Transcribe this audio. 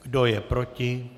Kdo je proti?